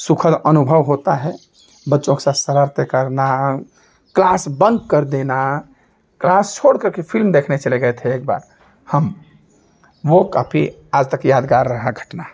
सुखद अनुभव होता है बच्चों साथ शरारती करना क्लास बंद कर देना क्लास छोड़कर के फिल्म देखने चले गए थे एक बार हम वो काफ़ी आज तक यादगार रहा घटना